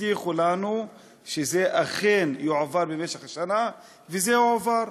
הבטיחו לנו שזה אכן יועבר במשך השנה, וזה הועבר.